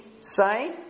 say